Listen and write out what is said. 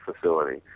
Facility